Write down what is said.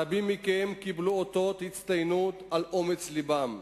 רבים מכם קיבלו אותות הצטיינות על אומץ לבם.